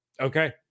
Okay